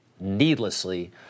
needlessly